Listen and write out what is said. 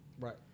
Right